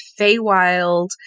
Feywild